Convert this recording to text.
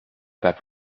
pas